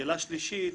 לאחר